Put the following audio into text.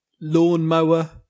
lawnmower